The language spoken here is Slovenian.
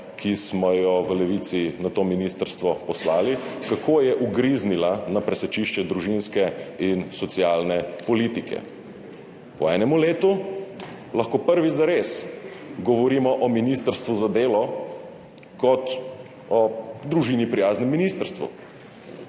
ki smo jo v Levici poslali na to ministrstvo, kako je ugriznila na presečišče družinske in socialne politike. Po enem letu lahko prvič zares govorimo o ministrstvu za delo kot o družini prijaznem ministrstvu.